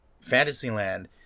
Fantasyland